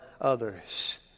others